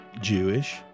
Jewish